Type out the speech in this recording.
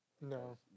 No